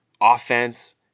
offense